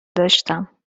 داشتم